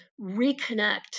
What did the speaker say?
reconnect